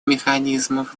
механизмов